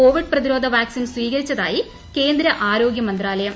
Covid പ്രതിരോധ vaccine സ്വീകരിച്ചതായി കേന്ദ്ര ആരോഗ്യമന്ത്രാലയം